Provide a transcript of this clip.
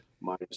Minus